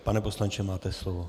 Pane poslanče, máte slovo.